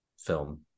film